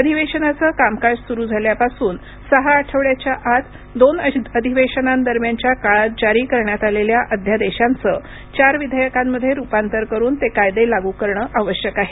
अधिवेशनाचं कामकाज सुरू झाल्यापासून सहा आठवड्यांच्या आत दोन अधिवेशनांदरम्यानच्या काळात जारी करण्यात आलेल्या अध्यादेशांचं चार विधेयकांमध्ये रुपांतर करून ते कायदे लागू करणं आवश्यक आहे